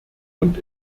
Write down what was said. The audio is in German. und